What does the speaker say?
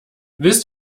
willst